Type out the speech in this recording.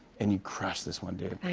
and you crush this one, dude.